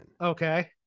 Okay